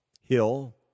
Hill